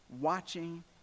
watching